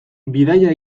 bidaia